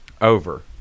Over